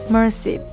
Mercy